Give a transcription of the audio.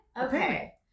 Okay